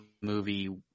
movie